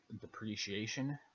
depreciation